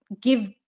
give